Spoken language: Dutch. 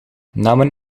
namen